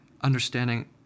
understanding